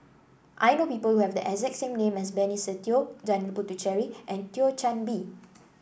I know people who have the exact same name as Benny Se Teo Janil Puthucheary and Thio Chan Bee